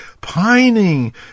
pining